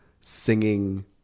Singing